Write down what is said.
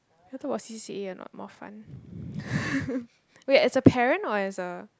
you want to talk about C_C_A or not more fun wait as a parent or as a